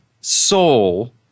soul